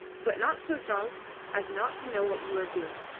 but not so drunk as not to know what you are doing.